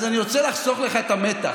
אז אני רוצה לחסוך לך את המתח: